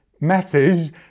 message